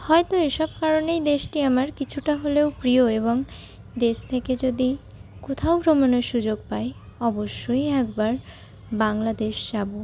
হয়তো এসব কারণেই দেশটি আমার কিছুটা হলেও প্রিয় এবং দেশ থেকে যদি কোথাও ভ্রমণের সুযোগ পাই অবশ্যই একবার বাংলাদেশ যাবো